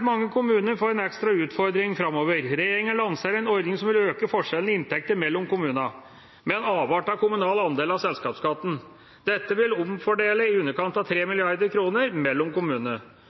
Mange kommuner får en ekstra utfordring framover. Regjeringa lanserer en ordning som vil øke forskjellen i inntekter mellom kommunene med en avart av kommunal andel av selskapsskatten. Dette vil omfordele i underkant av